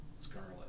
Scarlet